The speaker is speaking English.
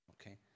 Okay